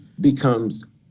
becomes